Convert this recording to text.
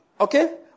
okay